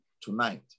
tonight